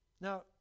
Now